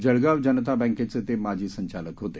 जळगाव जनता बँकेचे ते माजी संचालक होते